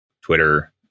Twitter